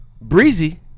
Breezy